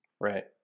right